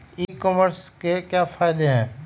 ई commerce के क्या फायदे हैं?